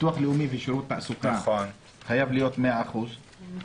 ביטוח לאומי ושירות תעסוקה חייב להיות 100%. נכון.